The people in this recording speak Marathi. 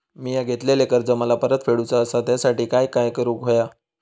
मिया घेतलेले कर्ज मला परत फेडूचा असा त्यासाठी काय काय करून होया?